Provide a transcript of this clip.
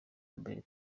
mbere